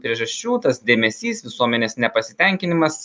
priežasčių tas dėmesys visuomenės nepasitenkinimas